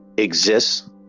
exists